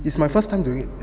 it's my first time doing it